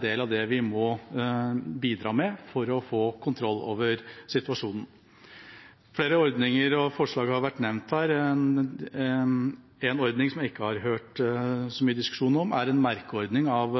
del av det vi må bidra med for å få kontroll over situasjonen. Flere ordninger og forslag har vært nevnt her. En ordning som jeg ikke har hørt så mye diskusjon om, er en merkeordning av